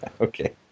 okay